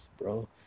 bro